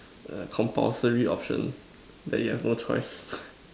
the compulsory option that you have no choice